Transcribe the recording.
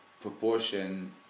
proportion